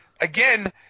again